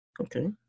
okay